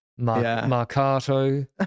Marcato